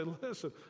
listen